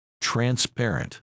transparent